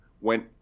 went